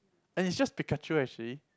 and is just Pikachu actually